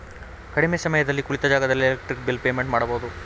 ಕಡಿಮೆ ಸಮಯದಲ್ಲಿ ಕುಳಿತ ಜಾಗದಲ್ಲೇ ಎಲೆಕ್ಟ್ರಿಕ್ ಬಿಲ್ ಪೇಮೆಂಟ್ ಮಾಡಬಹುದು